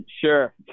Sure